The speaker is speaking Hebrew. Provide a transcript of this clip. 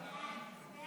בעד, 18,